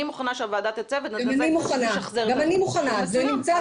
אני מוכנה שהוועדה תצא ונשחזר את --- גם אני מוכנה.